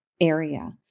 area